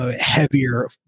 heavier